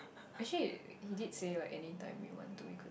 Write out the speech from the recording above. actually he did say right anytime we want to we could